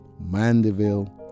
Mandeville